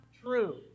true